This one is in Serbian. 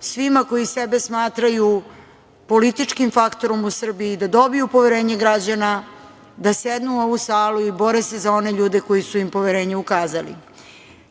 svima koji sebe smatraju političkim faktorom u Srbiji, da dobiju poverenje građana, da sednu u ovu salu i bore se za one ljude koji su im poverenje ukazali.